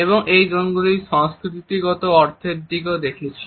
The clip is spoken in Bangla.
এবং এই জোনগুলির সংস্কৃতিগত অর্থের দিকেও দেখেছি